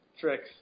tricks